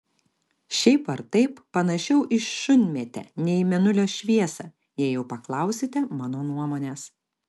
šiaip ar taip panašiau į šunmėtę nei į mėnulio šviesą jei jau paklausite mano nuomonės